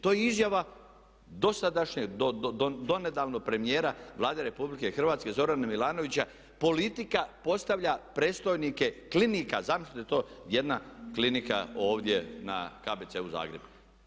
To je izjava dosadašnje, donedavno premijera Vlade RH Zorana Milanovića, politika postavlja predstojnike klinika, zamislite to, jedna klinika ovdje na KBC-u Zagreb.